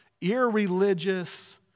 irreligious